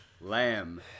Lamb